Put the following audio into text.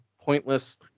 pointless